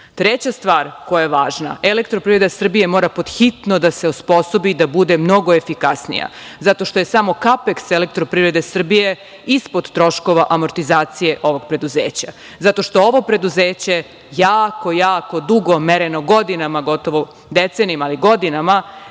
stvar koja je važna –Elektroprivreda Srbije mora pod hitno da se osposobi da bude mnogo efikasnija, zato što je samo „Kapeks“ Elektroprivrede Srbije ispod troškova amortizacije ovog preduzeća, zato što ovo preduzeće jako, jako dugo mereno, godinama, gotovo decenijama,